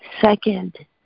second